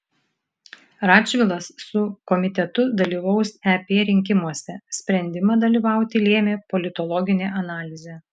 radžvilas su komitetu dalyvaus ep rinkimuose sprendimą dalyvauti lėmė politologinė analizė